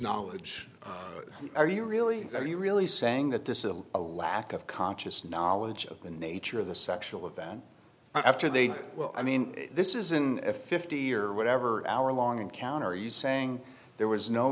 knowledge are you really are you really saying that this is a lack of conscious knowledge of the nature of the sexual of then after they well i mean this isn't a fifty year whatever our long encounter are you saying there was no